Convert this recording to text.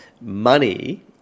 money